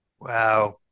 Wow